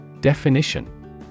Definition